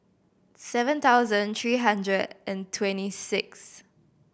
seven thousand three hundred and twenty sixth